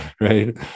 right